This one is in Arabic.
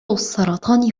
السرطان